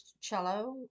cello